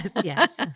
Yes